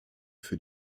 für